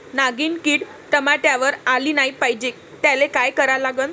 नागिन किड टमाट्यावर आली नाही पाहिजे त्याले काय करा लागन?